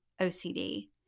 OCD